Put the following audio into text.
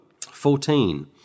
Fourteen